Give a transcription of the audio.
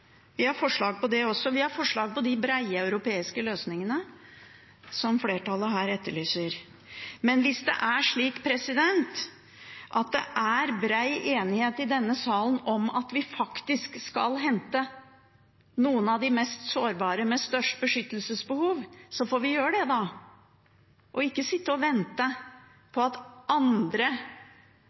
vi har forslag om det også. Vi har forslag om de brede europeiske løsningene som flertallet her etterlyser. Men hvis det er slik at det er bred enighet i denne salen om at vi faktisk skal hente noen av de mest sårbare med størst beskyttelsesbehov, så får vi gjøre det, da, og ikke sitte og vente på at andre